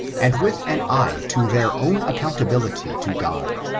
and with an eye to their own accountability to god.